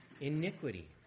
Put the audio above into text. Iniquity